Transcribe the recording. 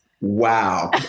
wow